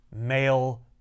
male